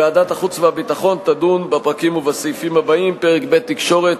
ועדת החוץ והביטחון תדון בפרקים ובסעיפים הבאים: פרק ב' תקשורת,